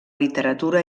literatura